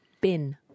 bin